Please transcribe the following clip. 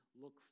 look